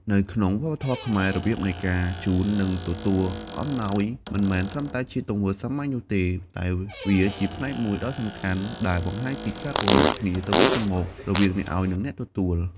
នៅក្នុងវប្បធម៌ខ្មែរ របៀបនៃការជូន និងទទួលអំណោយមិនមែនត្រឹមតែជាទង្វើសាមញ្ញនោះទេ តែវាជាផ្នែកមួយដ៏សំខាន់ដែលបង្ហាញពីការគោរពគ្នាទៅវិញទៅមក រវាងអ្នកឲ្យ និងអ្នកទទួល។